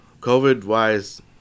COVID-wise